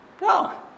No